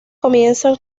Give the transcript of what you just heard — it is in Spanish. comienzan